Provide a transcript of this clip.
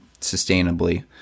sustainably